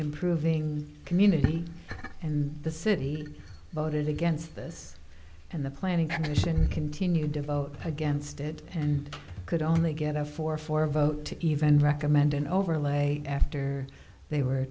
improving community and the city voted against this and the planning commission continued to vote against it and could only get a four four vote to even recommend an overlay after they were